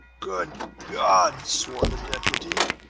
good god! swore the deputy.